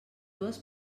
dues